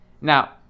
Now